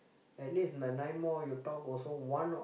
at least the nine more you talk also one o~